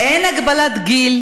טלי פלוסקוב (כולנו): אין הגבלת גיל.